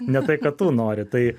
ne tai ką tu nori tai